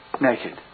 naked